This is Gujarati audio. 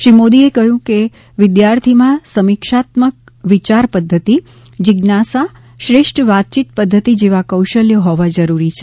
શ્રી મોદીએ કહયું કે વિદ્યાર્થીમાં સમીક્ષાત્મક વિચાર પધ્ધતિ જીજ્ઞાસા શ્રેષ્ઠ વાતચીત પધ્ધતી જેવા કૌશલ્યો હોવા જરૂરી છે